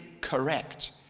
correct